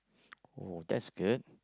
oh that's good